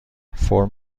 فرم